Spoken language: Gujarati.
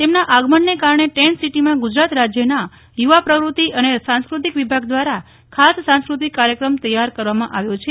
તેમના આગમનને કારણે ટેન્ટસીટીમાં ગુજરાત રાજ્યના યુવા પ્રવૃત્તિ અને સંસ્કૃતિક વિભાગ દ્વારા ખાસ સંસ્કૃતિક કાર્યક્રમ તૈયાર કરવામાં આવ્યો છે